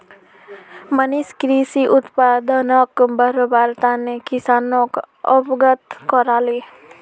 मनीष कृषि उत्पादनक बढ़व्वार तने किसानोक अवगत कराले